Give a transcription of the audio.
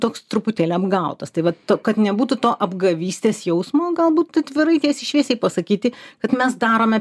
toks truputėlį apgautas tai vat to kad nebūtų to apgavystės jausmo galbūt atvirai tiesiai šviesiai pasakyti kad mes darome